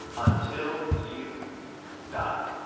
until you die.